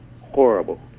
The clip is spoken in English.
horrible